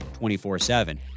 24-7